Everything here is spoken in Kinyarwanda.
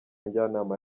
njyanama